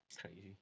crazy